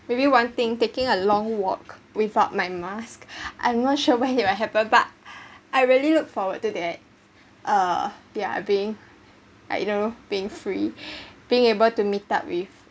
maybe one thing taking a long walk without my mask I'm not sure when it will happen but I really look forward to that uh they're being like you know being free being able to meet up with